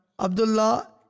Abdullah